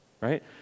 right